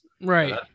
right